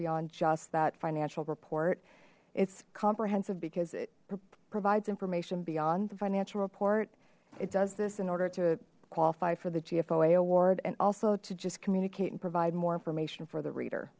beyond just that financial report it's comprehensive because it provides information beyond the financial report it does this in order to qualify for the gfo a award and also to just communicate and provide more information for the reader